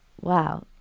wow